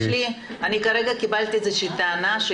כרגע קיבלתי איזושהי טענה ממלכי,